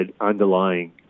underlying